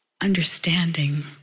Understanding